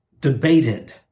debated